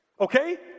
Okay